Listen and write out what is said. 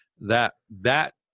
that—that